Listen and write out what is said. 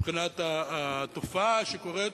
מבחינת התופעה שקורית.